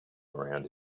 around